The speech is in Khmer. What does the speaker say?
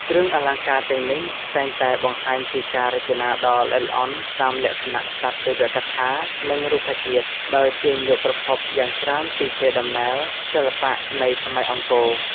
គ្រឿងអលង្ការទាំងនេះតែងតែបង្ហាញពីការរចនាដ៏ល្អិតល្អន់តាមលក្ខណ:សត្វទេវកថា និងរុក្ខជាតិ ដោយទាញយកប្រភពយ៉ាងច្រើនពីកេរដំណែលសិល្បៈនៃសម័យអង្គរ។